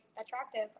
attractive